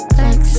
Flex